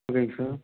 இல்லைங்க சார்